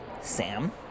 Sam